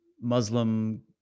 Muslim